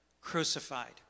crucified